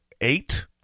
Eight